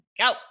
go